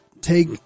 take